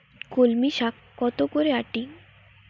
কলমি শাখ কত করে আঁটি?